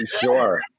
Sure